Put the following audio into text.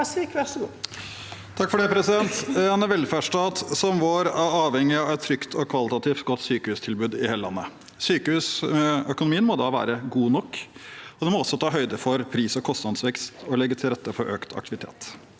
(ordfører for saken): En velferdsstat som vår er avhengig av et trygt og kvalitativt godt sykehustilbud i hele landet. Sykehusøkonomien må da være god nok, og den må også ta høyde for pris og kostnadsvekst og legge til rette for økt aktivitet.